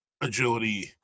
agility